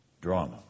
drama